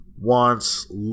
wants